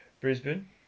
Brisbane